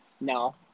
No